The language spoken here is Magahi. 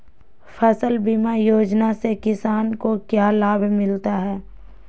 फसल बीमा योजना से किसान को क्या लाभ मिलता है?